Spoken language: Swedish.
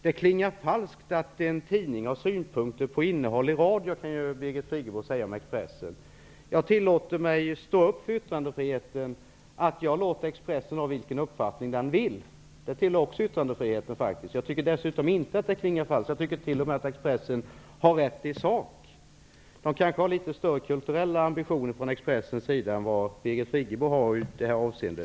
Det klingar falskt att en tidning har synpunkter på innehåll i radion, säger Birgit Friggebo om Expressen. Jag tillåter mig att stå upp för yttrandefriheten och säga att jag låter Expressen ha vilken uppfattning den vill. Det tillhör faktiskt också yttrandefriheten. Jag tycker dessutom att det inte klingar falskt. Jag tycker t.o.m. att Expressen hade rätt i sak. Man kanske har litet större kulturella ambitioner i Expressen än vad Birgit Friggebo har i detta avseende.